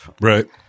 Right